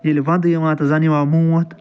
ییٚلہِ ونٛدٕ یِوان تہٕ زَنہٕ یِوان موت